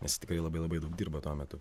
nes tikrai labai labai daug dirbo tuo metu